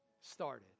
started